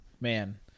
man